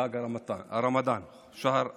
חג הרמדאן, שער הרמדאן,